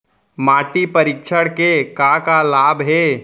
माटी परीक्षण के का का लाभ हे?